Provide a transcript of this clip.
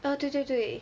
err 对对对